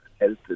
health